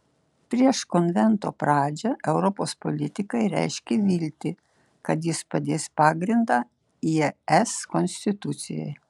prieš konvento pradžią europos politikai reiškė viltį kad jis padės pagrindą es konstitucijai